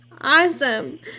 Awesome